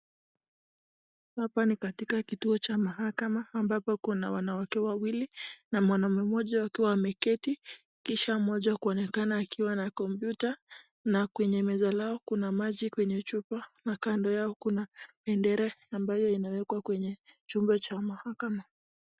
Hapa ni katika kitu0 cha mahakama ambapo kuna wanawake wawili na mwanaume mmoja wakiwa wameketi kisha mmoja kuonekana akiwa na kompyuta na kwenye meza lao kuna maji kwenye chupa na kando yao kuna bendera ambayo inawekwa kwenye chombo cha mahakama.